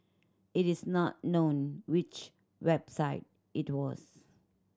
it is not known which website it was